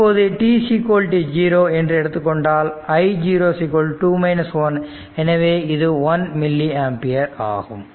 இப்போது t0 என்று எடுத்துக் கொண்டால் i 0 2 1 எனவே 1 மில்லி ஆம்பியர் ஆகும்